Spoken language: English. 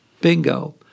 Bingo